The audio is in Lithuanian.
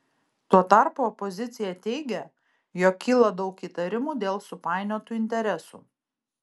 tuo tarpu opozicija teigia jog kyla daug įtarimų dėl supainiotų interesų